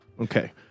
Okay